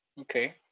Okay